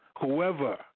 whoever